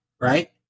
right